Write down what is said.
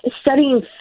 studying